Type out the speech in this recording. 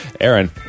Aaron